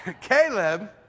Caleb